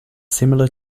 similar